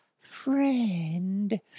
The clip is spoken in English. Friend